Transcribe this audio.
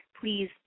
please